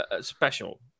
special